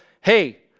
hey